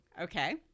Okay